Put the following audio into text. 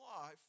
life